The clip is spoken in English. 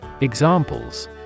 Examples